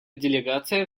делегация